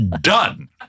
done